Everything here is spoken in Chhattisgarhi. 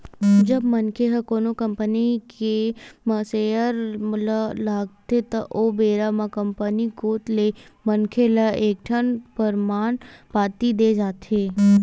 जब मनखे ह कोनो कंपनी के म सेयर ल लगाथे त ओ बेरा म कंपनी कोत ले मनखे ल एक ठन परमान पाती देय जाथे